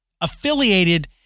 affiliated